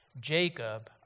Jacob